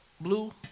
Blue